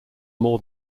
more